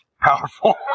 Powerful